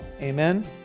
Amen